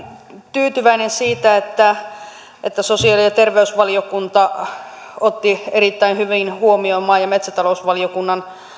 tyytyväinen siitä että sosiaali ja terveysvaliokunta otti erittäin hyvin huomioon maa ja metsätalousvaliokunnan